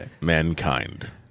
Mankind